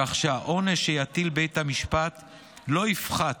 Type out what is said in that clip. כך שהעונש שיטיל בית המשפט לא יפחת